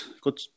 good